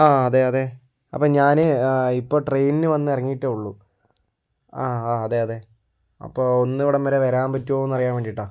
ആ അതെ അതെ അപ്പോൾ ഞാൻ ഇപ്പോൾ ട്രെയിനിന് വന്ന് ഇറങ്ങിയിട്ടേ ഉള്ളൂ ആ ആ അതെ അതെ അപ്പോൾ ഒന്നിവിടം വരെ വരാൻ പറ്റുമോയെന്ന് അറിയാൻ വേണ്ടിയിട്ടാണ്